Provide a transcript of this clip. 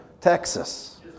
Texas